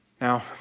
Now